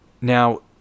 Now